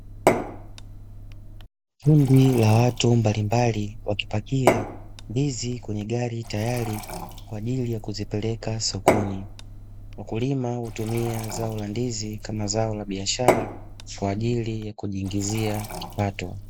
Kundi la watu mbalimbali wakipakia ndizi kwenye gari tayari kwa ajil ya kuzipeleka sokoni. Wakulima hutumia zao la ndizi kama zao la biashara kwa ajili ya kujiingizia kipato.